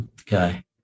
Okay